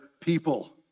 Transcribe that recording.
people